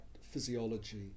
physiology